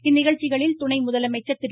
இந்நிகழ்ச்சிகளில் துணை முதலமைச்சர் திரு